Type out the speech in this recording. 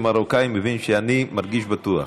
אני כמרוקאי מבין שאני מרגיש בטוח.